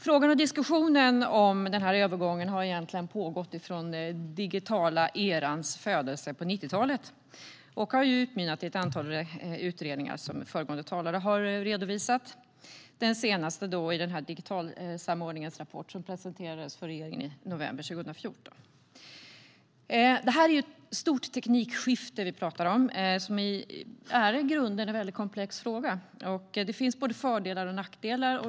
Frågan och diskussionen om övergången har egentligen pågått sedan den digitala erans födelse på 90-talet och har utmynnat i ett antal utredningar, som föregående talare har redovisat. Den senaste är Digitalradiosamordningens rapport som presenterades för regeringen i november 2014. Det är ett storteknikskifte som vi talar om. Det är i grunden en väldigt komplex fråga. Det finns både fördelar och nackdelar.